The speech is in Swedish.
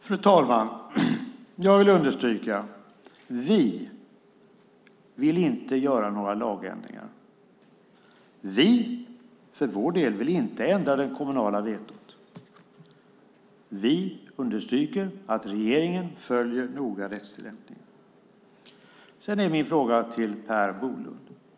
Fru talman! Jag vill understryka att vi inte vill göra några lagändringar. Vi för vår del vill inte ändra det kommunala vetot. Vi understryker att regeringen noga följer rättstillämpningen. Jag har två frågor till Per Bolund.